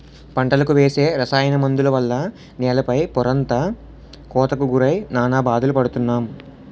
పంటలకు వేసే రసాయన మందుల వల్ల నేల పై పొరంతా కోతకు గురై నానా బాధలు పడుతున్నాం